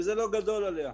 וזה לא גדול עליה.